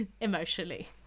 emotionally